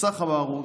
"'מסך הבערות'